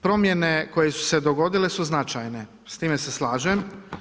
Promijene koje su se dogodile su značajne, s time se slažem.